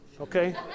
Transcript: okay